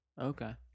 Okay